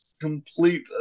complete